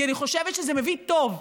כי אני חושבת שזה מביא טוב.